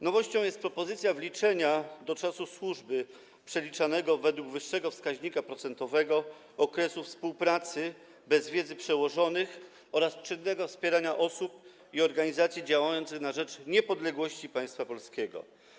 Nowością jest propozycja wliczenia do czasu służby, przeliczanego według wyższego wskaźnika procentowego, okresu współpracy bez wiedzy przełożonych oraz czynnego wspierania osób i organizacji działających na rzecz niepodległości państwa polskiego.